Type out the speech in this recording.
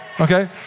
Okay